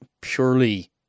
purely